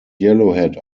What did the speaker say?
yellowhead